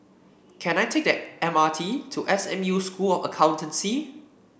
can I take the M R T to S M U School of Accountancy